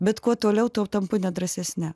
bet kuo toliau tuo tampu nedrąsesne